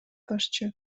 башчы